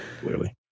clearly